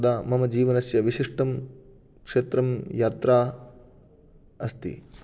तदा मम जीवनस्य विशिष्टं क्षेत्रं यात्रा अस्ति